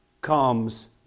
comes